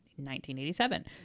1987